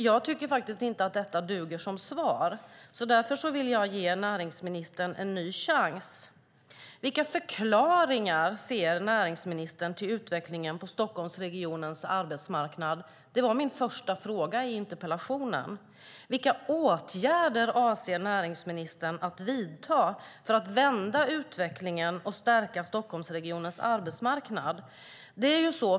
Jag tycker inte att detta duger som svar, och därför vill jag ge näringsministern en ny chans. Vilka förklaringar ser näringsministern till utvecklingen på Stockholmsregionens arbetsmarknad? Det var min första fråga i interpellationen. Vilka åtgärder avser näringsministern att vidta för att vända utvecklingen och stärka Stockholmsregionens arbetsmarknad?